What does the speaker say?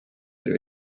oli